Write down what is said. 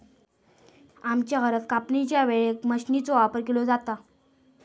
आमच्या घरात कापणीच्या वेळेक मशीनचो वापर केलो जाता